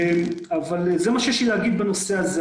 זה מה שיש לי להגיד בנושא הזה,